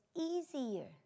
easier